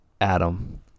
Adam